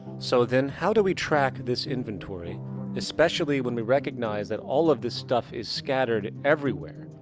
so then, how do we track this inventory especially when we recognize that all of this stuff is scattered everywhere?